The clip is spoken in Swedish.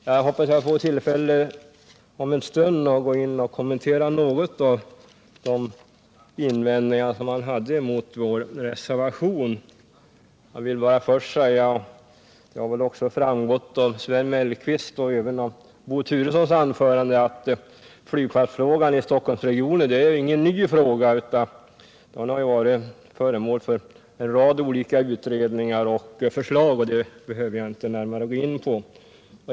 Jag hoppas att få tillfälle om en stund att kommentera de invändningar han hade mot vår reservation. Jag vill bara först säga, vilket också har framgått av Sven Mellqvists och Bo Turessons anföranden, att flygplatsfrågan i Stockholmsregionen är ingen ny fråga. Den har varit föremål för en rad olika utredningar och förslag, men det behöver jag inte gå närmare in på.